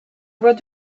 voix